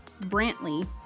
Brantley